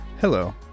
Hello